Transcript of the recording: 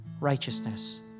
righteousness